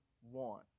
one